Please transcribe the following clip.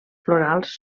florals